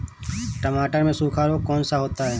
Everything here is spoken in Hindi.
टमाटर में सूखा रोग कौन सा होता है?